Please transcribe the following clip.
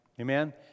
Amen